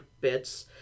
bits